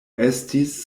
estis